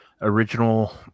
Original